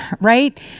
right